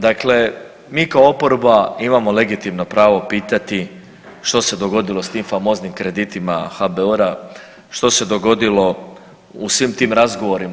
Dakle, mi kao oporba imamo legitimno pravo pitati što se dogodilo s tim famoznim kreditima HBOR-a, što se dogodilo u svim tim razgovorima.